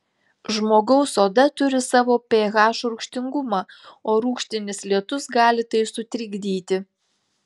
žmogaus oda turi savo ph rūgštingumą o rūgštinis lietus gali tai sutrikdyti